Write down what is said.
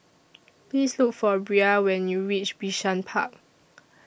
Please Look For Bria when YOU REACH Bishan Park